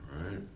right